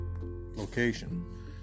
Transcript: location